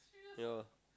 ya